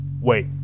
Wait